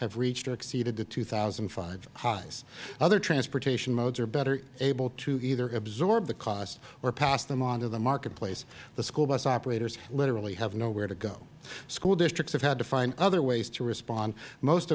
have reached or exceeded the two thousand and five highs other transportation modes are better able to either absorb the costs or pass them on to the marketplace the school bus operators literally have nowhere to go school districts have had to find other ways to respond most